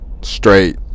Straight